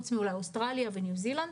אולי חוץ מאוסטרליה וניו זילנד,